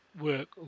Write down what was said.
work